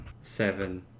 seven